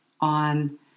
on